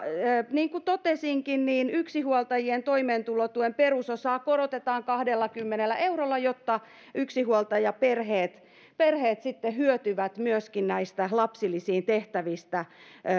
niin kuin totesinkin yksinhuoltajien toimeentulotuen perusosaa korotetaan kahdellakymmenellä eurolla jotta yksinhuoltajaperheet sitten hyötyvät myöskin näistä lapsilisiin tehtävistä